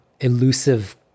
elusive